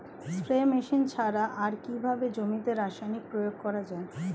Spray machine ছাড়া আর কিভাবে জমিতে রাসায়নিক প্রয়োগ করা যায়?